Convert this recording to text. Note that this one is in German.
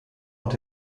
und